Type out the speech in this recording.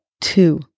two